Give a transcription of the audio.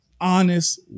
honest